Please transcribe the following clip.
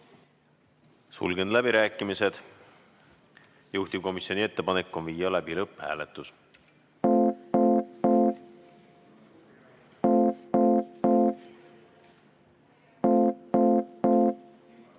sulgen läbirääkimised. Juhtivkomisjoni ettepanek on viia läbi lõpphääletus.